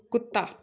ਕੁੱਤਾ